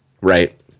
right